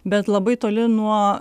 bet labai toli nuo